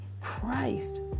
Christ